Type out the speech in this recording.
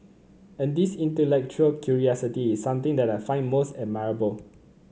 and this intellectual curiosity is something that I find most admirable